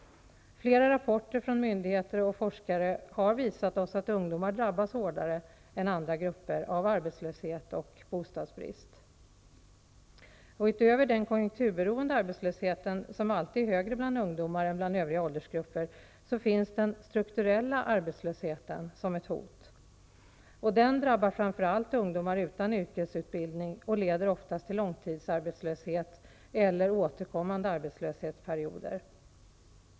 Flera rapporter från myndigheter och forskare har visat att ungdomar drabbas hårdare än andra grupper av arbetslöshet och bostadsbrist. Utöver den konjunkturberoende arbetslösheten, som alltid är högre bland ungdomar än bland övriga åldersgrupper, finns den strukturella arbetslösheten som ett hot. Den drabbar framför allt ungdomar utan yrkesutbildning och leder oftast till långtidsarbetslöshet eller återkommande arbetslöshetsperioder.